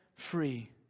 free